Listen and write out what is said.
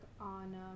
on